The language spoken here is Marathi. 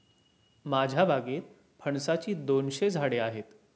माझ्या बागेत फणसाची दोनशे झाडे आहेत